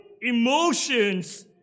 emotions